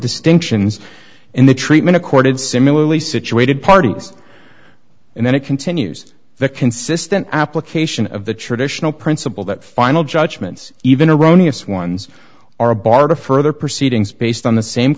distinctions in the treatment accorded similarly situated parties and then it continues the consistent application of the traditional principle that final judgments even a rony us ones or a bar to further proceedings based on the same